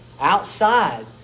outside